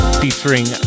featuring